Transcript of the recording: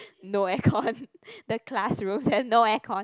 no aircon the classroom has no aircon